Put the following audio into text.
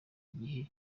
igihe